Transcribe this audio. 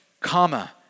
comma